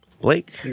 Blake